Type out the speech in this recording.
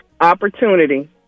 opportunity